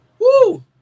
Woo